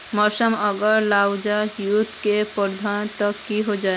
मौसम आर जलवायु युत की प्रमुख तत्व की जाहा?